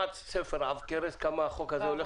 קיבלתי כמעט ספר עב כרס כמה החוק הולך